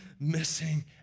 missing